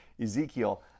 Ezekiel